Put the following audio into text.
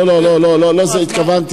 לא, לא, לא לזה התכוונתי.